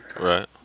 Right